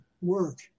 work